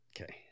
Okay